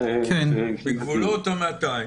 ה-200.